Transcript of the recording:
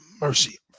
mercy